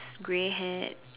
grey haired